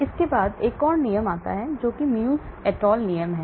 इसके बाद एक और नियम आता है जो Muegge et al नियम है